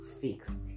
fixed